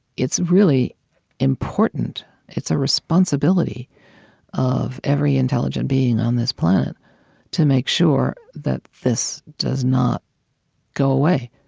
it's really important it's a responsibility of every intelligent being on this planet to make sure that this does not go away,